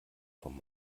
vom